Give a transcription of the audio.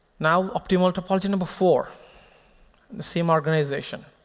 now, optimal topology number four the same organization,